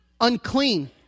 Unclean